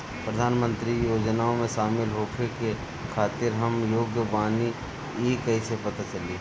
प्रधान मंत्री योजनओं में शामिल होखे के खातिर हम योग्य बानी ई कईसे पता चली?